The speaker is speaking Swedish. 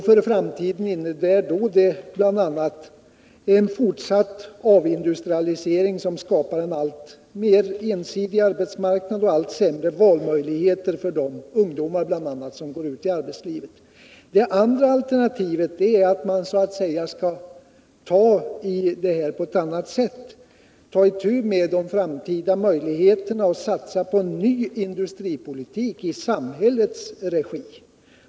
För framtiden innebär det då bl.a. en fortsatt avindustrialisering som skapar en alltmer ensidig arbetsmarknad och allt sämre valmöjligheter för bl.a. de ungdomar som går ut i arbetslivet. Det andra alternativet som vpk förespråkar är att man skall ta itu med problemen på ett annat sätt; man tar itu med de framtida möjligheterna och satsar på en ny industripolitik i samhällets regi.